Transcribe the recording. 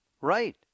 Right